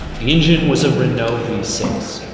the engine was a renault v six.